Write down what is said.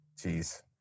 Jeez